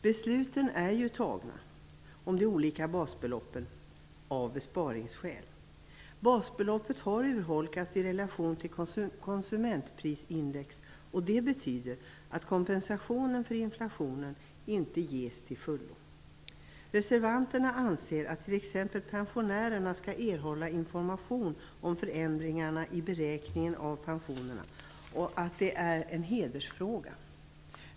Besluten om de olika basbeloppen är ju fattade av besparingsskäl. Basbeloppet har urholkats i relation till konsumentprisindex, och det betyder att kompensationen för inflationen inte ges till fullo. Reservanterna anser att t.ex. pensionärerna skall erhålla information om förändringarna i beräkningen av pensionerna och att det är en hedersfråga.